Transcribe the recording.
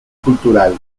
cultural